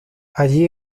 allí